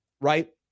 right